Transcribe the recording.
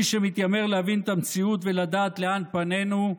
מי שמתיימר להבין את המציאות ולדעת לאן פנינו,